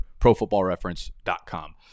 profootballreference.com